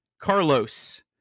Carlos